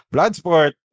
Bloodsport